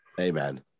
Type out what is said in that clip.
Amen